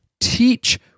teach